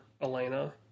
Elena